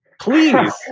Please